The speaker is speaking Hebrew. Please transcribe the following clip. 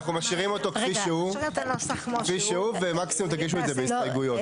אנחנו משאירים אותו כפי שהוא ומקסימום תגישו את זה בהסתייגויות.